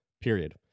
period